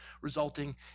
resulting